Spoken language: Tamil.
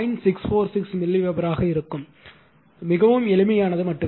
646 மில்லிவெபராக இருக்கும் மிகவும் எளிமையானது மட்டுமே